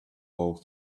all